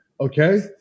okay